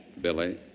Billy